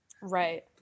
right